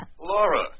Laura